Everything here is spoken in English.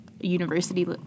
university